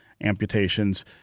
amputations